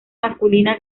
masculina